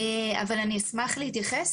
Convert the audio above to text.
אבל אשמח להתייחס.